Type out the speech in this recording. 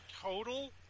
total